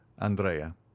Andrea